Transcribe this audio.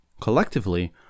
Collectively